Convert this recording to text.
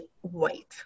white